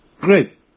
Great